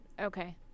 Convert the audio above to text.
Okay